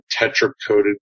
tetra-coated